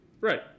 Right